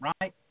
right